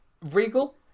Regal